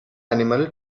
animal